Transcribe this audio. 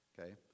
Okay